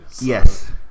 Yes